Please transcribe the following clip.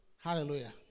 Hallelujah